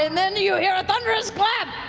and then you hear a thunderous clap.